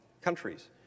countries